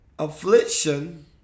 Affliction